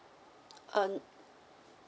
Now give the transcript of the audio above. uh